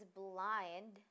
blind